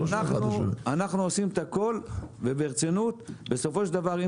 אנחנו עושים את הכל וברצינות בסופו של דבר אם